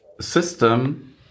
system